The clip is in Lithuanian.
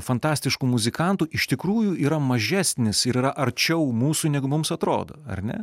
fantastiškų muzikantų iš tikrųjų yra mažesnis ir yra arčiau mūsų negu mums atrodo ar ne